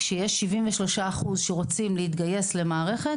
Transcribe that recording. כשיש 73% שרוצים להתגייס למערכת